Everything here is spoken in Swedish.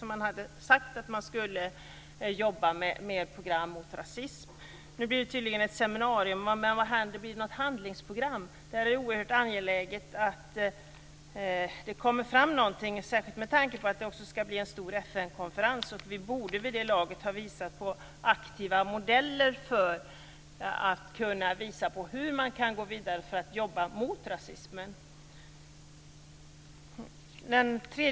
Man hade ju sagt att man skulle jobba med program mot rasism. Nu ska det tydligen bli ett seminarium, men blir det något handlingsprogram? Det är oerhört angeläget att något kommer ut av seminariet, särskilt med tanke på att man ska ha en stor FN-konferens i ämnet. Vid det laget borde vi ha visat på aktiva modeller för att gå vidare och jobba mot rasismen.